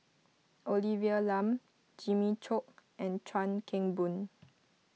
Olivia Lum Jimmy Chok and Chuan Keng Boon